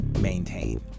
maintain